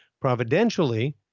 providentially